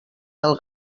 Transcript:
del